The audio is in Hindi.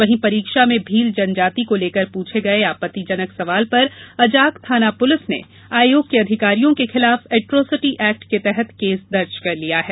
वहीं परीक्षा में भील जनजाति को लेकर पूछे गए आपत्तिजनक सवाल पर अजाक थाना पुलिस ने आयोग के अधिकारियों के खिलाफ एट्रोसिटी एक्ट के तहत केस दर्ज कर लिया है